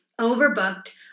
overbooked